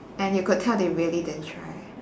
and you could tell they really didn't try